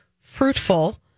fruitful